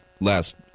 last